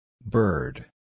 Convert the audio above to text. Bird